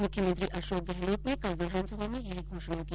मुख्यमंत्री अशोक गहलोत ने कल विधानसभा में यह घोषणा की